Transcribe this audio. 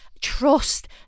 trust